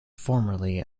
formerly